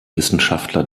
wissenschaftler